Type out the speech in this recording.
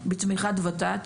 בתמיכת ות"ת,